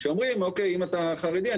שאומרים אוקיי אם אתה חרדי,